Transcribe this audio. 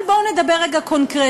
אבל בואו נדבר רגע קונקרטית.